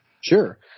Sure